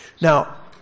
Now